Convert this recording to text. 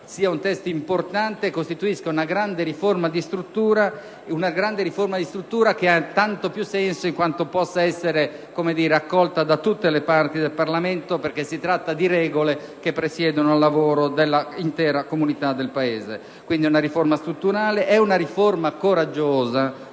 sia importante e costituisca una grande riforma di struttura che ha tanto più senso in quanto possa essere accolta da tutte le parti del Parlamento, perché si tratta di regole che presiedono al lavoro dell'intera comunità del Paese. È una riforma strutturale e una riforma coraggiosa,